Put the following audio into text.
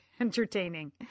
entertaining